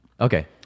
Okay